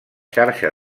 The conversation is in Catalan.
xarxa